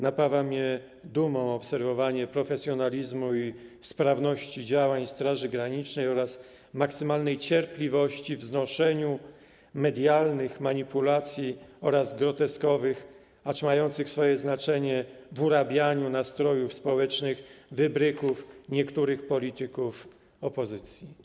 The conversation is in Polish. Napawa mnie dumą obserwowanie profesjonalizmu i sprawności działań Straży Granicznej oraz maksymalnej cierpliwości w znoszeniu medialnych manipulacji oraz groteskowych, acz mających swoje znaczenie w urabianiu nastrojów społecznych wybryków niektórych polityków opozycji.